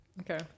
okay